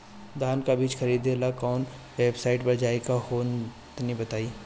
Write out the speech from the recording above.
धान का बीज खरीदे ला काउन वेबसाइट पर जाए के होई तनि बताई?